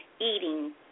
eating